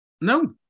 No